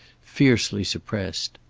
fiercely suppressed.